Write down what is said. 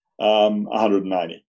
190